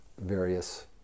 various